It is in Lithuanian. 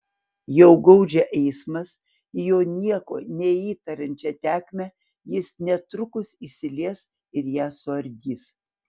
jau gaudžia eismas į jo nieko neįtariančią tėkmę jis netrukus įsilies ir ją suardys